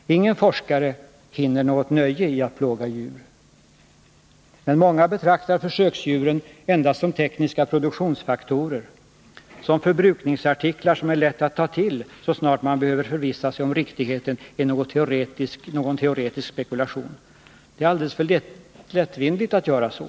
Ingen forskare finner något nöje i att plåga djur. Men många betraktar försöksdjuren endast som tekniska produktionsfaktorer, som förbrukningsartiklar, som det är lätt att ta till så snart man behöver förvissa sig om riktigheten i någon teoretisk spekulation. Det är alldeles för lättvindigt att göra så.